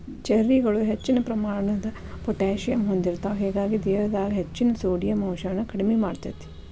ಚೆರ್ರಿಗಳು ಹೆಚ್ಚಿನ ಪ್ರಮಾಣದ ಪೊಟ್ಯಾಸಿಯಮ್ ಹೊಂದಿರ್ತಾವ, ಹೇಗಾಗಿ ದೇಹದಾಗ ಹೆಚ್ಚಿನ ಸೋಡಿಯಂ ಅಂಶವನ್ನ ಕಡಿಮಿ ಮಾಡ್ತೆತಿ